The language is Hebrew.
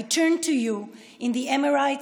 אני פונה אליכם באמירויות,